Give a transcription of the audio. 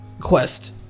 quest